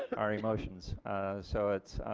our emotions so it